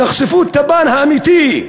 תחשפו את הפן האמיתי,